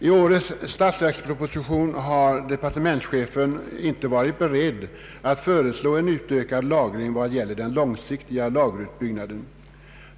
I årets statsverksproposition har departementschefen inte varit beredd att föreslå en utökad lagring vad gäller den långsiktiga lagerutbyggnaden.